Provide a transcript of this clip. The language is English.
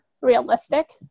realistic